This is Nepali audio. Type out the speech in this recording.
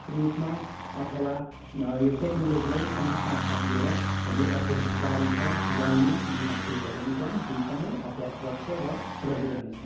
रूपमा अथवा यो टेक्नोलोजीलाई पनि साथसाथ लिएर यो अभ्यास जारी छ गाउने अनि बाँसुरी बजाउने क्रम दुईवटा नै अभ्यासरत छ र रहिरहनेछ